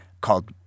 called